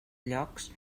llocs